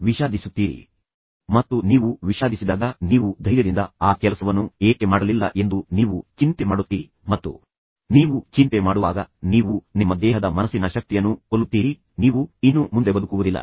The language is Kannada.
ಅವರು ಉಲ್ಲೇಖಿಸುವುದು ಕಡ್ಡಾಯವಾಗಿದೆ ಎಂದು ನೀವು ಹೇಳಬೇಕು ಮತ್ತು ಸಾಧ್ಯವಾದರೆ ಆದ್ಯತೆ ನೀಡುವಂತೆ ನೀವು ಅವರಿಗೆ ಹೇಳಬಹುದು ನಿಮ್ಮ ಗಂಡನಲ್ಲಿ ನಿಮಗೆ ಯಾವುದು ಹೆಚ್ಚು ಇಷ್ಟವಾಗುತ್ತದೆ ಮತ್ತು ಅದೇ ವಿಷಯ ಅವನು ಶಿಲ್ಪಳಲ್ಲಿ ಯಾವುದನ್ನು ಹೆಚ್ಚು ಇಷ್ಟಪಡುತ್ತಾನೆ ಮತ್ತು ಪ್ರತಿಯಾಗಿ